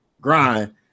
grind